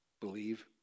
believe